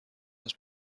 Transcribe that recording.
است